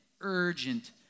urgent